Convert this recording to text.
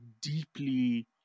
deeply